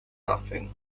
nothing